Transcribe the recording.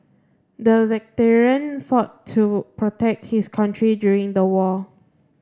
the veteran fought to protect his country during the war